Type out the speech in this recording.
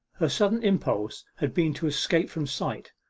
her sudden impulse had been to escape from sight.